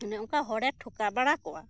ᱚᱱᱮ ᱚᱱᱠᱟ ᱦᱚᱲᱮ ᱴᱷᱚᱠᱟᱣ ᱵᱟᱲᱟ ᱠᱚᱣᱟ